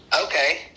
Okay